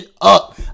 up